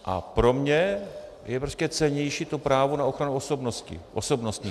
A pro mě je prostě cennější to právo na ochranu osobnosti, osobnostních práv.